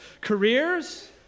Careers